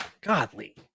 godly